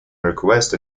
request